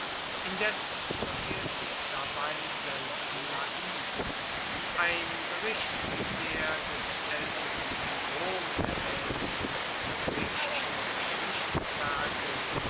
indes verfaehrt sie dabei selten naiv ein bericht wie der des aeltesten rom erwaehnenden griechischen